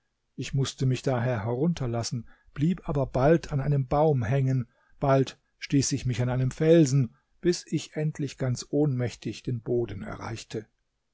ich mußte mich daher herunterlassen blieb aber bald an einem baum hängen bald stieß ich mich an einen felsen bis ich endlich ganz ohnmächtig den boden erreichte